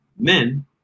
men